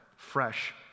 fresh